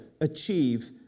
achieve